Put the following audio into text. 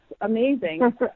amazing